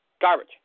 Garbage